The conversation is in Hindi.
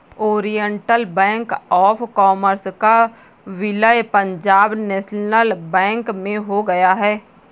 ओरिएण्टल बैंक ऑफ़ कॉमर्स का विलय पंजाब नेशनल बैंक में हो गया है